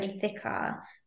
thicker